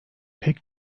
pek